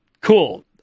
cool